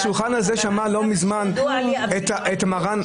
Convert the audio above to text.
השולחן הזה שמע לא מזמן את מרן --- עד כמה שידוע לי,